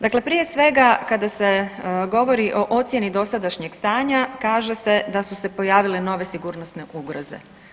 Dakle, prije svega kada se govori o ocjeni dosadašnjeg stanja kaže se da su se pojavile nove sigurnosne ugroze.